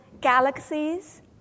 galaxies